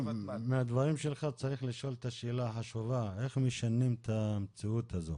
מהדברים שלך צריך לשאול את השאלה החשובה איך משנים את המציאות הזאת?